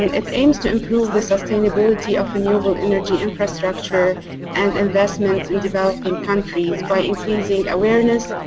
it aims to improve the sustainability of renewable energy infrastructure and investments in developing countries by increasing awareness,